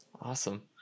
Awesome